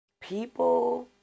People